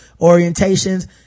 orientations